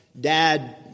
dad